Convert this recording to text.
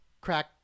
crack